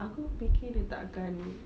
aku fikir dia tak akan